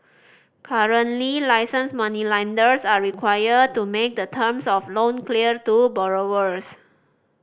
currently licensed moneylenders are required to make the terms of loan clear to borrowers